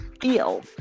feel